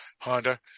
Honda